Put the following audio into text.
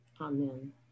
Amen